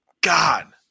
God